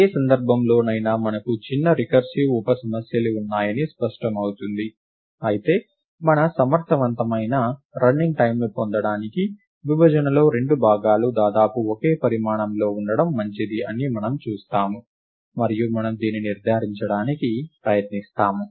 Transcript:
ఏ సందర్భంలోనైనా మనకు చిన్న రికర్సివ్ ఉప సమస్యలు ఉన్నాయని స్పష్టమవుతుంది అయితే మన సమర్థవంతమైన రన్నింగ్ టైమ్ని పొందడానికి విభజనలో 2 భాగాలు దాదాపు ఒకే పరిమాణంలో ఉండటం మంచిది అని మనము చూస్తాము మరియు మనము దీన్ని నిర్ధారించడానికి ప్రయత్నిస్తాము